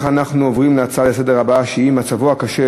נעבור להצעות לסדר-היום בנושא: מצבו הקשה